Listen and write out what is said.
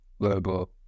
global